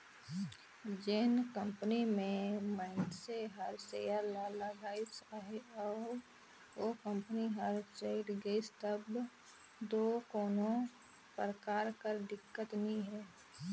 जेन कंपनी में मइनसे हर सेयर ल लगाइस अहे अउ ओ कंपनी हर चइल गइस तब दो कोनो परकार कर दिक्कत नी हे